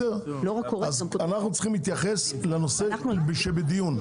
אנחנו צריכים להתייחס לנושא שבדיון.